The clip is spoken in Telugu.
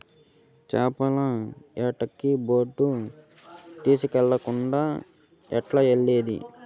చేపల యాటకి బోటు తీస్కెళ్ళకుండా ఎట్టాగెల్లేది